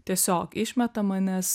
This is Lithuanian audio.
tiesiog išmetama nes